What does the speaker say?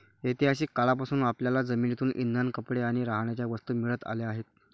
ऐतिहासिक काळापासून आपल्याला जमिनीतून इंधन, कपडे आणि राहण्याच्या वस्तू मिळत आल्या आहेत